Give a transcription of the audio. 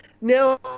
Now